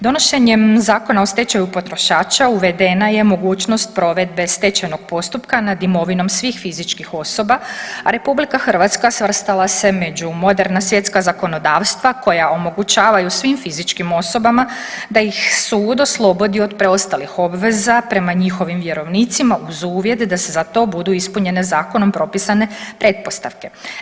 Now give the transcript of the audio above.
Donošenjem Zakona o stečaju potrošača uvedena je mogućnost provedbe stečajnog postupka nad imovinom svim fizičkih osoba, a RH svrstala se među moderna svjetska zakonodavstva koja omogućavaju svim fizičkim osobama da ih sud oslobodi od preostalih obveza prema njihovim vjerovnicima uz uvjet da za to budu ispunjene zakonom propisane pretpostavke.